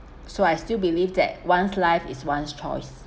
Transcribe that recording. so I still believe that one's life is one's choice